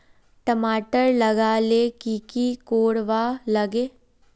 टमाटर लगा ले की की कोर वा लागे?